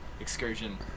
excursion